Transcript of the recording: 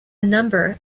number